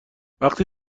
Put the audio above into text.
وقتی